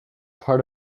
part